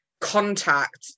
contact